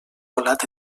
colat